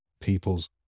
people's